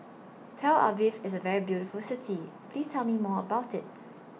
Tel Aviv IS A very beautiful City Please Tell Me More about IT